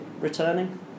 returning